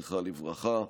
זכרה לברכה,